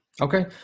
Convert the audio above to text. Okay